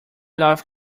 love